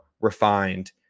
refined